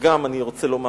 ואני גם רוצה לומר: